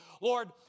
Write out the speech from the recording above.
Lord